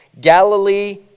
Galilee